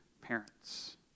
parents